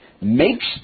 makes